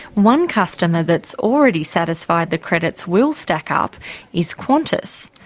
one customer that's already satisfied the credits willstack up is qantas.